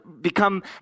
become